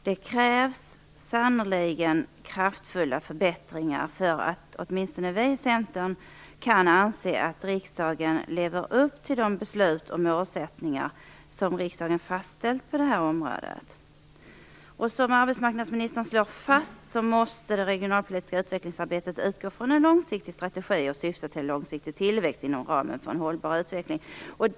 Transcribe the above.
Det krävs sannerligen kraftfulla förbättringar för att åtminstone vi i Centern kan anse att riksdagen lever upp till de beslut och målsättningar som riksdagen fastställt på det här området. Som arbetsmarknadsministern slår fast måste det regionalpolitiska utvecklingsarbetet utgå från en långsiktig strategi som syftar till tillväxt inom ramen för en hållbar utveckling.